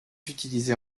utilisée